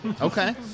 okay